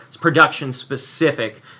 production-specific